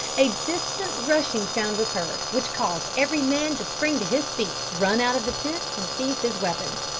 a distant rushing sound was heard, which caused every man to spring to his feet, run out of the tent, and seize his weapons.